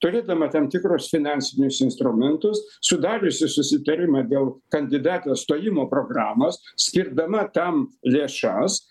turėdama tam tikrus finansinius instrumentus sudariusi susitarimą dėl kandidatės stojimo programos skirdama tam lėšas